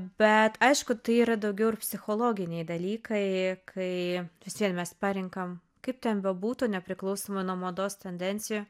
bet aišku tai yra daugiau ir psichologiniai dalykai kai vis vien mes parenkam kaip ten bebūtų nepriklausomai nuo mados tendencijų